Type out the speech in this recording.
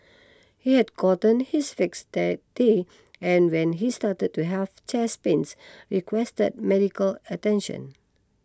he had gotten his fix that day and when he started to have chest pains requested medical attention